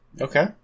Okay